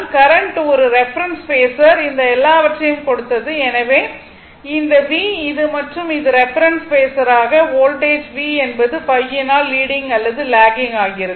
current ஒரு reference phasor இந்த எல்லாவற்றையும் கொடுத்தது எனவே இது V இது மற்றும் இது ரெஃபரென்ஸ் பேஸராக வோல்டேஜ் v என்பது ϕ யினால் லீடிங் அல்லது லாகிங் ஆகிறது